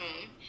home